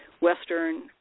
Western